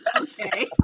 Okay